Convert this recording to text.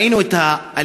ראינו את האלימות,